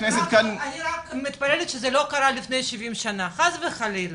אני רק מתפללת שזה לא קרה לפני 70 שנה, חס וחלילה.